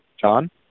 John